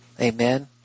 Amen